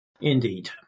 Indeed